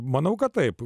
manau kad taip